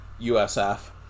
USF